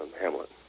Hamlet